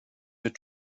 wir